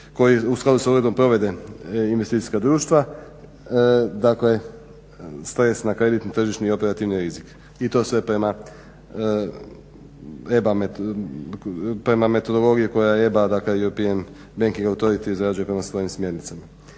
a u skladu sa odredbom provede investicijska društva, dakle stres na kreditni tržišni i operativni rizik i to sve prema metodologiji koja EBA i … Banking authority izrađuje prema svojim smjernicama.